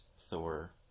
Thor